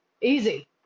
easy